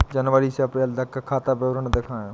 जनवरी से अप्रैल तक का खाता विवरण दिखाए?